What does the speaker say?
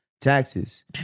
Taxes